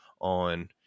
on